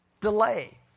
Delay